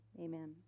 Amen